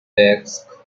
desk